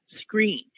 screen